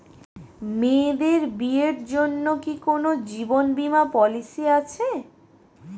মেয়েদের বিয়ের জন্য কি কোন জীবন বিমা পলিছি আছে?